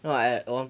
no I'm on